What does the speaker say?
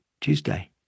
Tuesday